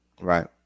Right